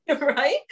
right